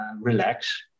relax